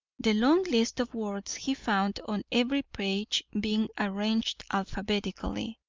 the long list of words he found on every page being arranged alphabetically.